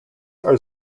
are